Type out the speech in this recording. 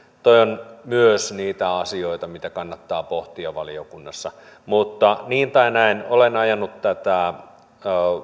tuo on myös niitä asioita mitä kannattaa pohtia valiokunnassa mutta niin tai näin olen ajanut tätä